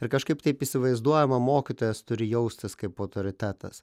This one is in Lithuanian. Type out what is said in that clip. ir kažkaip taip įsivaizduojama mokytojas turi jaustis kaip autoritetas